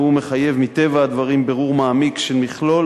והוא מחייב מטבע הדברים בירור מעמיק של מכלול